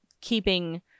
keeping